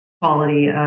quality